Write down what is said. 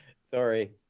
Sorry